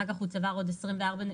אחר כך הוא צבר 24 נקודות,